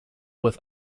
with